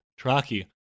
Traki